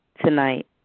tonight